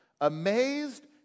amazed